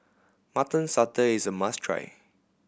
Mutton Satay is a must try